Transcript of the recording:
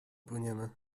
płyniemy